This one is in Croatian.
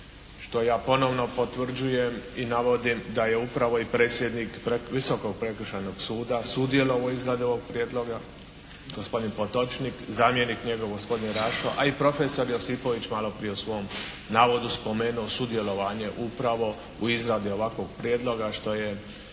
što ja ponovno potvrđujem i navodim da je upravo i predsjednik Visokog prekršajnog suda sudjelovao u izradi ovog prijedloga, gospodin Potočnik, zamjenik njegov gospodin Rašo, a i profesor Josipović je malo prije u svom navodu spomenuo sudjelovanje upravo u izradi ovakvog prijedloga što je